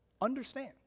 Understand